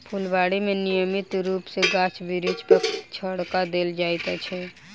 फूलबाड़ी मे नियमित रूप सॅ गाछ बिरिछ पर छङच्चा देल जाइत छै